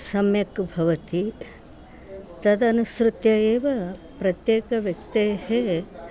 सम्यक् भवति तदनुसृत्य एव प्रत्येकव्यक्तेः